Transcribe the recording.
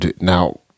Now